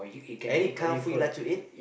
any kind of food you like to eat